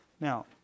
Now